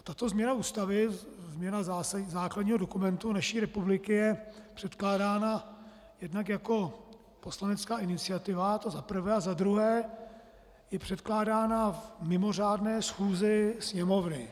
Tato změna Ústavy, změna základního dokumentu naší republiky, je předkládána jednak jako poslanecká iniciativa, to za prvé, a za druhé je předkládána v mimořádné schůzi Sněmovny.